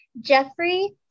Jeffrey